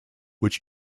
which